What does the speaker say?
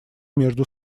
между